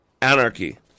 anarchy